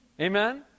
Amen